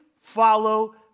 follow